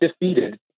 defeated